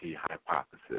hypothesis